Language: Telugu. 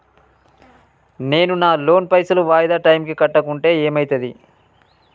నేను నా లోన్ పైసల్ వాయిదా టైం కి కట్టకుంటే ఏమైతది?